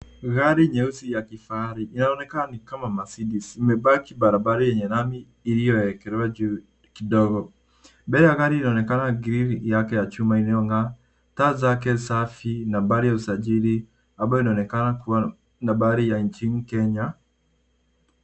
Gari nyeusi ya kifahari inaonekana ni kama mercedez imepaki barabara yenye lami iliyoekelewa juu kidogo. Mbele ya gari linaonekana grili yake ya chuma inayong'aa , taa zake safi, nambari ya usajili ambayo inaonekana kuwa nambari ya nchini kenya.